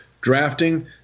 Drafting